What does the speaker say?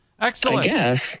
Excellent